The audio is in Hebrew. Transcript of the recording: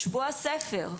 שבוע הספר,